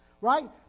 Right